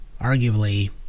arguably